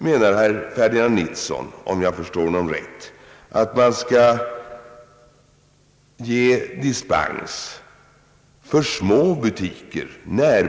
Herr Ferdinand Nilsson menar — om jag förstår honom rätt — att man skall ge dispens åt små närbutiker.